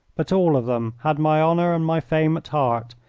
but all of them had my honour and my fame at heart,